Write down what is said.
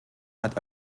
hat